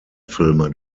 filme